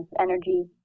energy